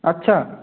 अच्छा